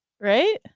right